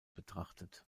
betrachtet